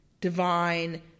divine